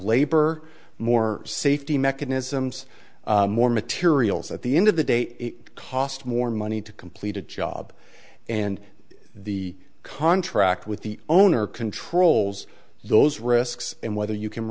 labor more safety mechanisms more materials at the end of the day cost more money to complete a job and the contract with the owner controls those risks and whether you can